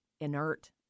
inert